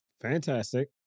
fantastic